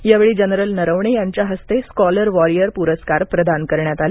यावेळी जनरल नरवणे यांच्या हस्ते स्कॉलर वॉरियर पुरस्कार प्रदान करण्यात आले